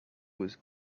was